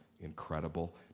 incredible